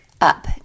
Up